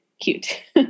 cute